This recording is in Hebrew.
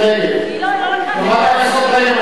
חברת הכנסת רגב.